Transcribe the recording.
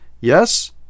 yes